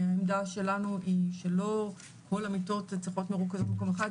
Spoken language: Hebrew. העמדה שלנו היא שלא כל המיטות צריכות להיות מרוכזות במקום אחד,